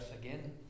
again